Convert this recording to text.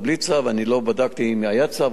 אני לא בדקתי אם היה צו או לא צו,